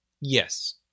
Yes